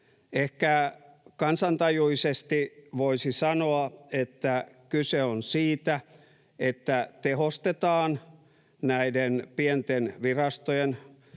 Ehkä kansantajuisesti voisi sanoa, että kyse on siitä, että tehostetaan näiden pienten virastojen